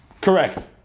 Correct